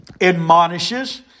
admonishes